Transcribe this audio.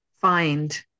find